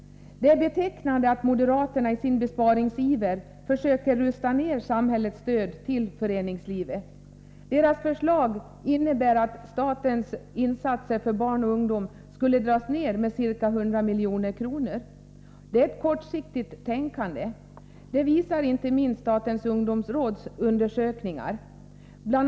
Det är betecknande att moderaterna i sin besparingsiver försöker rusta ner samhällets stöd till föreningslivet. Deras förslag innebär att statens insatser för barn och ungdom skulle dras ner med ca 100 milj.kr. Det är ett kortsiktigt tänkande. Det framgår inte minst av statens ungdomsråds undersökningar. Bl.